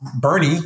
Bernie